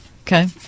Okay